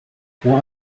what